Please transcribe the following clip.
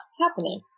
happening